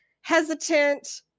hesitant